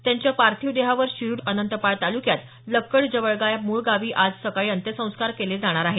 त्यांच्या पार्थिव देहावर शिरूर अनंतपाळ तालुक्यात लक्कडजवळगा या मूळ गावी आज सकाळी अंत्यसंस्कार केले जाणार आहेत